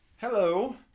hello